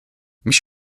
mich